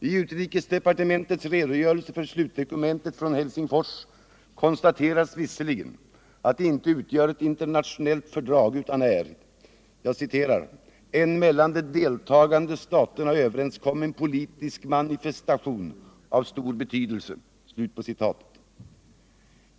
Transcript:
I utrikesdepartementets redogörelse för slutdokumentet från Helsingfors konstateras visserligen att det inte utgör ett internationellt fördrag utan är ”en mellan de deltagande staterna överenskommen politisk manifestation av stor betydelse”.